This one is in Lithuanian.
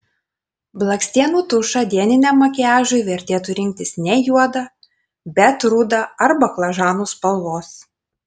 blakstienų tušą dieniniam makiažui vertėtų rinktis ne juodą bet rudą ar baklažanų spalvos